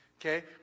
okay